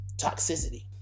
toxicity